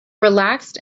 relaxed